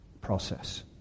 process